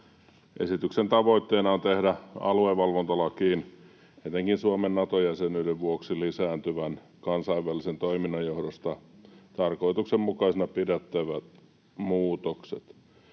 Esityksen tavoitteena on tehdä aluevalvontalakiin etenkin Suomen Nato-jäsenyyden vuoksi lisääntyvän kansainvälisen toiminnan johdosta tarkoituksenmukaisina pidettävät muutokset.